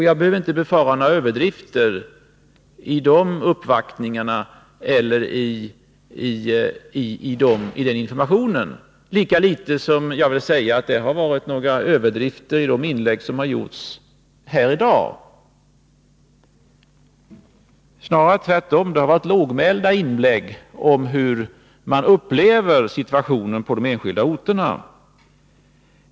Jag behöver inte befara några överdrifter i de uppvaktningarna eller i den informationen, lika litet som jag vill säga att det har förekommit några överdrifter i de inlägg som har gjorts här i dag. Snarare är det tvärtom — det har varit lågmälda inlägg om hur man upplever situationen på de enskilda orterna.